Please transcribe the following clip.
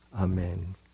Amen